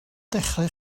dechrau